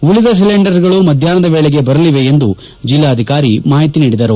ಉಳದ ಸಿಲಿಂಡರ್ಗಳು ಮಧ್ಯಾಷ್ನದ ವೇಳೆಗೆ ಬರಲಿವೆ ಎಂದು ಜಿಲ್ಲಾಧಿಕಾರಿ ಮಾಹಿತಿ ನೀಡಿದರು